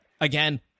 Again